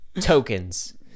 Tokens